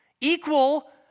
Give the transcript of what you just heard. equal